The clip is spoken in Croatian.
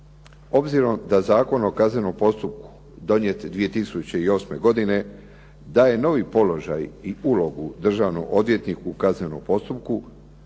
Obzirom da Zakon o kaznenom postupku donijet 2008. godine daje novi položaj i ulogu državnom odvjetniku u kaznenom postupku